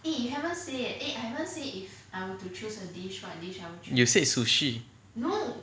you said sushi